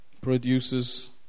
produces